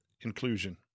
inclusion